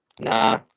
Nah